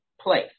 place